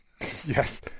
Yes